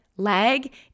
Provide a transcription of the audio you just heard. lag